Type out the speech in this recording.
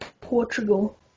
Portugal